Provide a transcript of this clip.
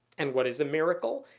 and what is a miracle?